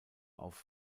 auf